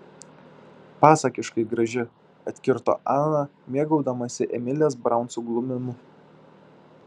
pasakiškai graži atkirto ana mėgaudamasi emilės braun suglumimu